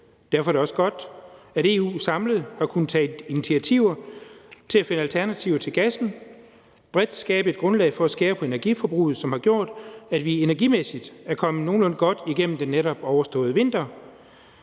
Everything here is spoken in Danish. Derfor er det også godt, at EU samlet har kunnet tage initiativer til at finde alternativer til gassen og bredt skabe et grundlag for at skære på energiforbruget, hvilket har gjort, at vi energimæssigt er kommet nogenlunde godt igennem den netop overståede vinter.